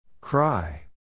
Cry